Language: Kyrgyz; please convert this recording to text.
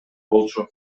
болчу